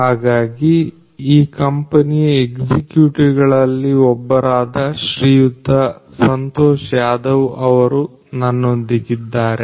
ಹಾಗಾಗಿ ಈ ಕಂಪನಿಯ ಎಕ್ಸಿಕ್ಯೂಟಿವ್ ಗಳಲ್ಲಿ ಒಬ್ಬರಾದ ಶ್ರೀಯುತ ಸಂತೋಷ್ ಯಾದವ್ ಅವರು ನನ್ನೊಂದಿಗಿದ್ದಾರೆ